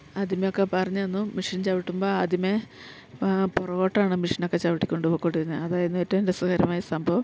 ആദ്യമേയൊക്കെ പറഞ്ഞ് തന്നു മെഷിൻ ചവിട്ടുമ്പം ആദ്യമേ പുറകോട്ട് ആണ് മെഷീനൊക്കെ ചവിട്ടിക്കൊണ്ട് പൊക്കോണ്ടിരുന്നത് അതായിരുന്നു ഏറ്റവും രസകരമായ സംഭവം